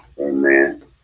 amen